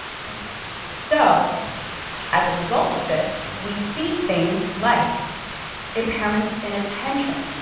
so as a result of this we see things like impairments in attention,